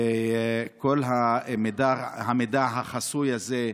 כל המידע החסוי הזה,